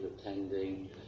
attending